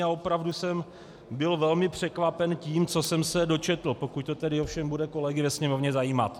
Opravdu jsem byl velmi překvapen tím, co jsem se dočetl pokud to ovšem bude kolegy ve Sněmovně zajímat...